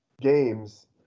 games